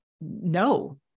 no